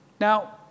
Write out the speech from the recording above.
Now